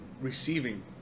receiving